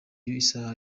isaha